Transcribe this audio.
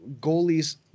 goalies